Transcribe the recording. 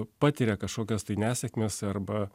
patiria kažkokias tai nesėkmes arba